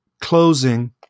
closing